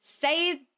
say